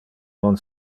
non